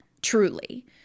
truly